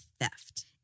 theft